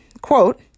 quote